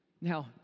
Now